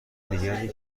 دیگری